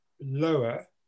lower